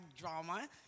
drama